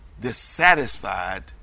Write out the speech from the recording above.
dissatisfied